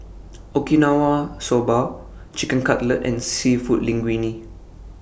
Okinawa Soba Chicken Cutlet and Seafood Linguine